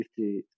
50